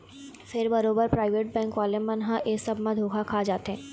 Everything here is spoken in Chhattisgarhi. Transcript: फेर बरोबर पराइवेट बेंक वाले मन ह ऐ सब म धोखा खा जाथे